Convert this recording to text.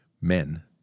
men